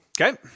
Okay